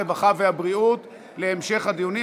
הרווחה והבריאות להמשך הדיונים,